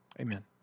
amen